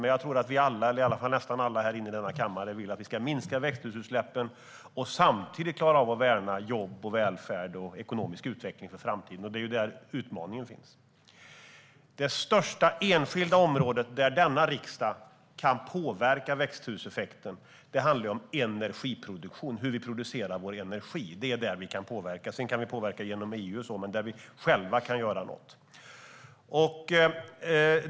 Men jag tror att nästan alla i denna kammare vill att vi ska minska växthusutsläppen och samtidigt klara av att värna jobb, välfärd och ekonomisk utveckling för framtiden. Det är där utmaningen finns. Det största enskilda området där denna riksdag kan påverka växthuseffekten handlar om energiproduktion, hur vi producerar vår energi. Det är där vi kan påverka. Sedan kan vi påverka genom EU. Men det är där vi själva kan göra något.